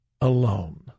alone